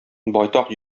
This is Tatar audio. байтак